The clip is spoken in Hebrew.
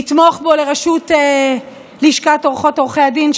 לתמוך בו לראשות לשכת עורכות ועורכי הדין,